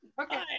Okay